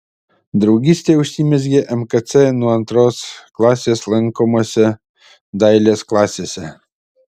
draugystė užsimezgė mkc nuo antros klasės lankomose dailės klasėse